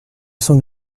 sens